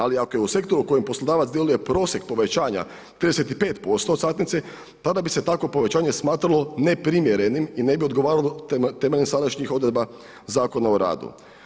Ali ako je u sektoru u kojem poslodavac djeluje prosjek povećanja od 35% satnice, tada bi se takvo povećanje smatralo ne primjerenim i ne bi odgovaralo temeljem sadašnjih odredba Zakon o radu.